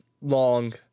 long